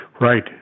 Right